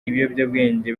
ibiyobyabwenge